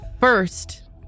first